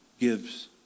gives